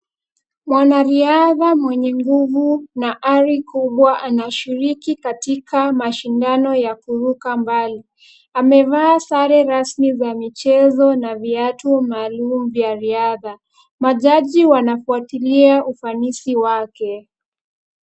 Mwanariadha mwenye nguvu na ari kubwa anashiriki katika mashindano ya kuruka mbali. Amevaa sare rasmi za michezo na viatu maalum vya riadha. Majaji wanafuatilia ufanisi wake.